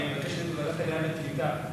אני מבקש להעביר לוועדת העלייה והקליטה,